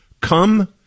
Come